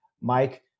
Mike